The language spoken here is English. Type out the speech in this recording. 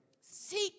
Seek